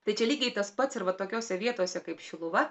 tai čia lygiai tas pats ir va tokiose vietose kaip šiluva